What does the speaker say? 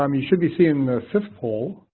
um you should be seeing the fifth poll